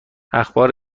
اخبار